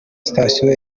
sitasiyo